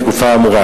בתקופה האמורה.